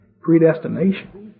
Predestination